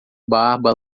barba